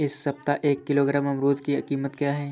इस सप्ताह एक किलोग्राम अमरूद की कीमत क्या है?